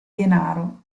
denaro